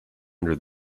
under